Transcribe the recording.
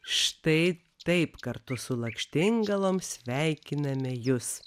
štai taip kartu su lakštingalom sveikiname jus